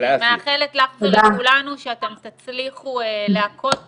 אני מאחלת לך ולכולנו שאתם תצליחו להכות